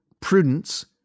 prudence